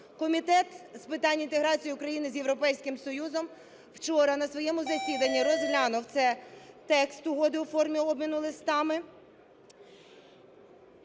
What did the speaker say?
Комітет з питань інтеграції України з Європейським Союзом учора на своєму засіданні розглянув цей текст Угоди у формі обміну листами